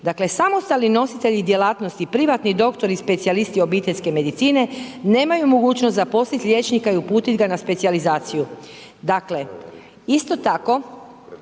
Dakle, samostalni nositelji djelatnosti privatni doktori, specijalisti obiteljske medicine nemaju mogućnost zaposliti liječnika i uputiti ga na specijalizaciju. Dakle, isto tako